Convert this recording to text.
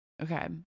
Okay